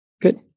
Good